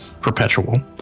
Perpetual